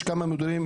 יש כמה מדורים,